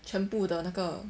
全部的那个